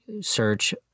search